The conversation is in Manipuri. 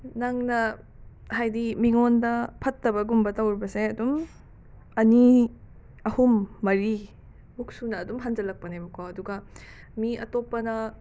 ꯅꯪꯅ ꯍꯥꯏꯗꯤ ꯃꯤꯉꯣꯟꯗ ꯐꯠꯇꯕꯒꯨꯝꯕ ꯇꯧꯔꯨꯕꯁꯦ ꯑꯗꯨꯝ ꯑꯅꯤ ꯑꯍꯨꯝ ꯃꯔꯤ ꯃꯨꯛꯁꯨꯅ ꯑꯗꯨꯝ ꯍꯟꯖꯜꯂꯛꯄꯅꯦꯕꯀꯣ ꯑꯗꯨꯒ ꯃꯤ ꯑꯇꯣꯞꯄꯅ